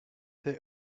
they